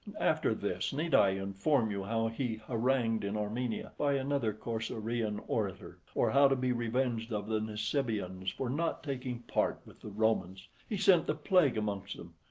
after this, need i inform you how he harangued in armenia, by another corcyraean orator? or how, to be revenged of the nisibaeans for not taking part with the romans, he sent the plague amongst them,